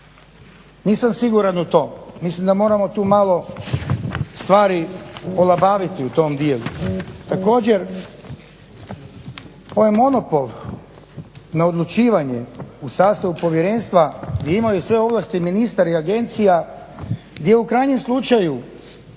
Nisam siguran u to, mislim da moramo tu malo stvari olabaviti u tom dijelu. Također, ovaj monopol na odlučivanje u sastavu povjerenstva gdje imaju sve ovlasti ministar i agencija, gdje u krajnjem slučaju